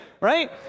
Right